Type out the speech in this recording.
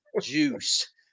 juice